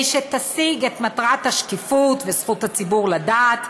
שתשיג את מטרת השקיפות וזכות הציבור לדעת,